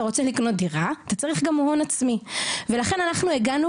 רוצה לקנות דירה אתה צריך גם הון עצמי ולכן אנחנו הגענו